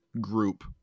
group